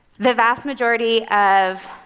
the vast majority of,